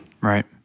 Right